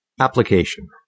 Application